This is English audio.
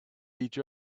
each